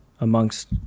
amongst